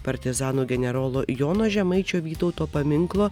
partizanų generolo jono žemaičio vytauto paminklo